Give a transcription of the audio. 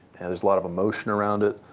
and there's a lot of emotion around it.